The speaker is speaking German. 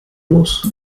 muss